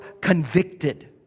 convicted